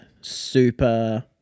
super